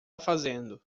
fazendo